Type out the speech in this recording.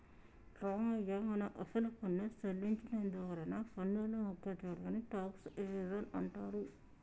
రామయ్య మనం అసలు పన్ను సెల్లించి నందువలన పన్నులో ముఖ్య తేడాని టాక్స్ ఎవేజన్ అంటారు